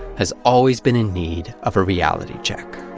has always been in need of a reality check.